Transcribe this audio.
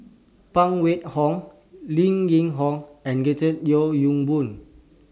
Phan Wait Hong Lim Yew Hock and George Yeo Yong Boon